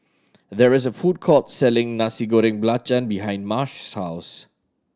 there is a food court selling Nasi Goreng Belacan behind Marsh's house